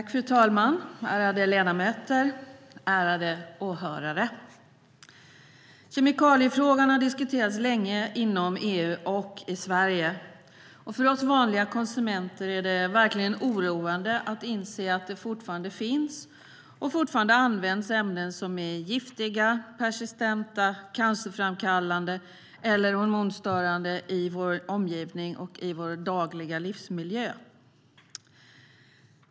Fru talman, ärade ledamöter, ärade åhörare! Kemikaliefrågorna har diskuterats länge inom EU och i Sverige. För oss vanliga konsumenter är det verkligen oroande att inse att det fortfarande finns och används ämnen som är giftiga, persistenta, cancerframkallande eller hormonstörande i vår omgivning och i vår dagliga livsmiljö.